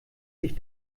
sich